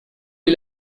est